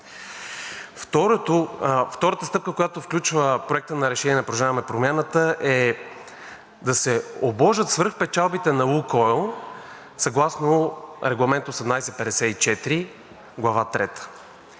Втората стъпка, която включва Проекта на решение на „Продължаваме Промяната“, е да се обложат свръхпечалбите на „Лукойл“ съгласно Регламент 1854, Глава